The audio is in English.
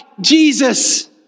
Jesus